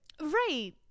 right